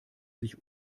sich